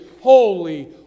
holy